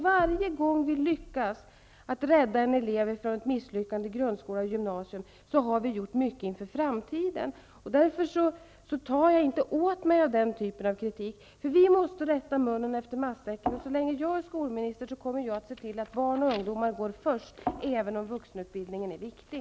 Varje gång vi kan rädda en elev från ett misslyckande i grundskola och gymnasium har vi gjort mycket för framtiden. Därför tar jag inte åt mig av den typen av kritik. Vi måste rätta mun efter matsäcken, och så länge jag är skolminister kommer jag att se till att barn och ungdomar går först, även om vuxenutbildningen är viktig.